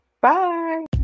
bye